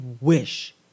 wish